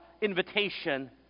invitation